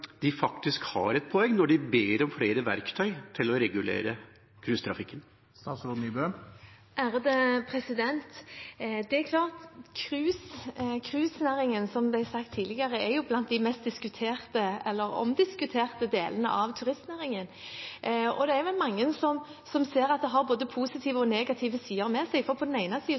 de faktisk har et poeng når de ber om flere verktøy til å regulere cruisetrafikken? Det er klart at cruisenæringen er, som det ble sagt tidligere, blant de mest diskuterte, eller omdiskuterte, delene av turistnæringen. Det er vel mange som ser at det har både positive og negative sider ved seg, for på den ene